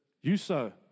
you-so